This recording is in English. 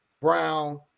Brown